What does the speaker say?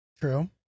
True